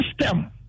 system